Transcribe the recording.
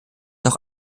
auch